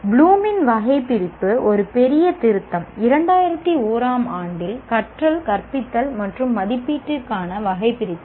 ப்ளூமின் வகைபிரிப்பின் ஒரு பெரிய திருத்தம் 2001 ஆம் ஆண்டில் கற்றல் கற்பித்தல் மற்றும் மதிப்பீட்டிற்கான வகைபிரித்தல்